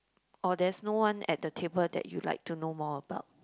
or there's no one at the table that you like to know more about